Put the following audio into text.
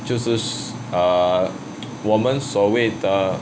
就是 err 我们所谓的